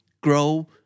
grow